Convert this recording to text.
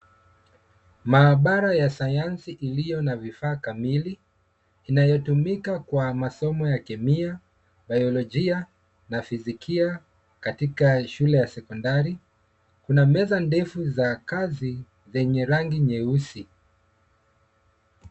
Maabara ya sayansi iliyo na vifaa kamili, inayotumika kwa masomo ya kemia, bayolojia na fizikia katika shule ya sekondari, kuna meza ndefu za kazi zenye rangi nyeusi.